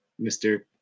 Mr